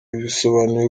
bisobanuye